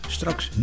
Straks